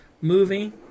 movie